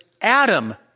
Adam